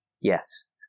Yes